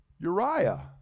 Uriah